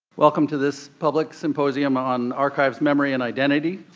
welcome to this public symposium on archives, memory, and identity,